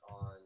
on